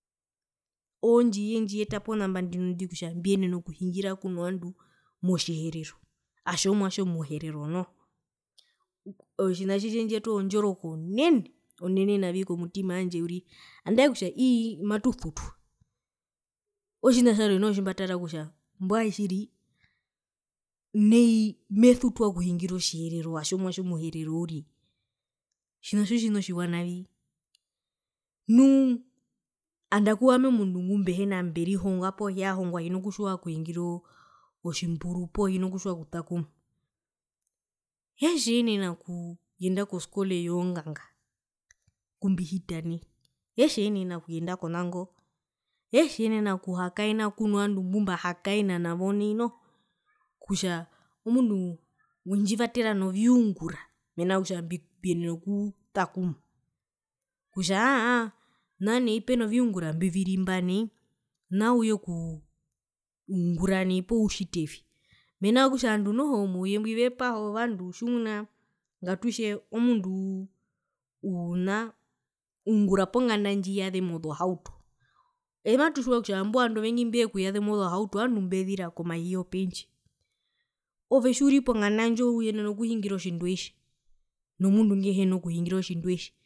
Oondji yendjiyeta pona mba kutja mbiyenene okuhingirakuno vandu motjiherero atja omwatje omuherero noho otjina tji tjendjiyetere ondjoroka onene onene navi komutima wandje uriri andae kutja ii matusutwa otjina tjarwe noho tjimbatara kutja mbwae tjiri nai mesutwa okuhingira otjiherero otjomwatje omuherero uriri otjina tjo otjina otjiwa navi nu andaku owami omundu ngumbehena mberihonga poo hiyahongwa hina kutjiwa okuhingira oo otjimburu poo hina kutjiwa okutakuma hetjenena okuyenda koskole younganga kumbihita nai hetjenena okuyenda konango hetjenena okuhakaena kweno vandu mbu mbahakaena navo nai noho kutja omundu wendjivatera noviungura mena rokutja mbiyenena oku okutakuma kutja aa mbinoviungura mbuvirimba nai naa uyekuu nguruna nai poo utjitevi mena rokutja ovandu noho mouyembwi vepaha ovandu tjimuna ngatutje omundu uu una ungura ponganda ndjiyazema ozohauto matutjiwa kutja imbo vandu vengi mbekuyazema ozohauto ovandu mbezira komahi yopendje ove tjiuri ponganda ndjo uyenena okuhingira otjindweitji nomundu ngehena kuhingira otjindweitji.